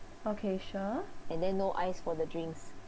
okay sure